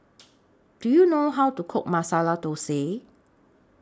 Do YOU know How to Cook Masala Thosai